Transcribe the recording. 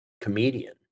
comedian